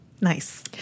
nice